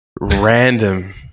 random